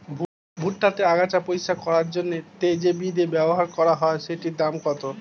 ভুট্টা তে আগাছা পরিষ্কার করার জন্য তে যে বিদে ব্যবহার করা হয় সেটির দাম কত?